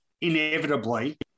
Inevitably